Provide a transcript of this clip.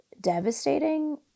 devastating